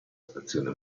stazione